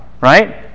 right